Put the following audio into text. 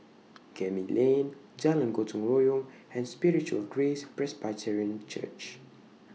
Gemmill Lane Jalan Gotong Royong and Spiritual Grace Presbyterian Church